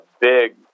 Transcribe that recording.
big